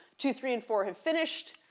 two, three, and four have finished.